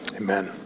Amen